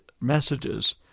messages